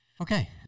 Okay